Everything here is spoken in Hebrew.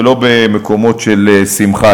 ולא במקומות של שמחה,